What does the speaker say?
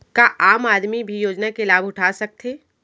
का आम आदमी भी योजना के लाभ उठा सकथे?